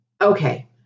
okay